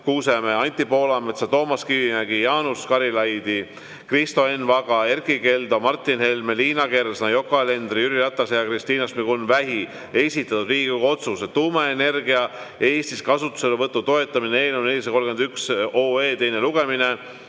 Kuusemäe, Anti Poolametsa, Toomas Kivimägi, Jaanus Karilaidi, Kristo Enn Vaga, Erkki Keldo, Martin Helme, Liina Kersna, Yoko Alenderi, Jüri Ratase ja Kristina Šmigun-Vähi esitatud Riigikogu otsuse "Tuumaenergia Eestis kasutuselevõtu toetamine" eelnõu 431 teine lugemine.